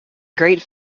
great